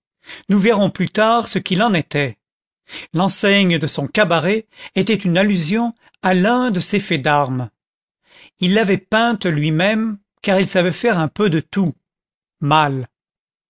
nous verrons plus tard ce qu'il en était l'enseigne de son cabaret était une allusion à l'un de ses faits d'armes il l'avait peinte lui-même car il savait faire un peu de tout mal